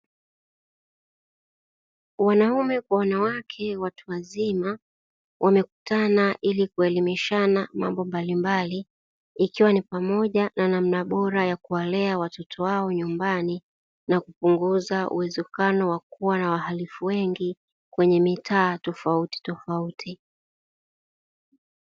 Wanaume kwa wanawake watu wazima wamekutana ili kuelimishana mambo mbalimbali ikiwa ni pamoja na namna bora ya kuwalea watoto wao nyumbani na kupunguza uwezekano wa kuwa na wahalifu wengi kwenye mitaa tofauti tofauti.